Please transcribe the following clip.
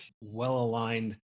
well-aligned